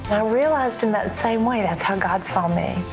i realized in that same way, that's how god saw me.